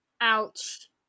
Ouch